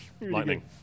Lightning